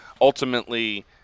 ultimately